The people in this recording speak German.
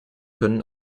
können